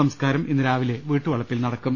സംസ്കാരം ഇന്ന് രാവിലെ വീട്ടുവളപ്പിൽ നടക്കും